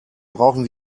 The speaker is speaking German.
brauchen